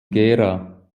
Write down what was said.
gera